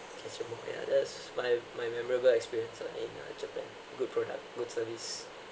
that's my my memorable experience in uh japan good product good service